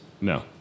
no